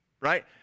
right